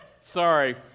sorry